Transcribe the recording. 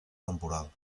temporal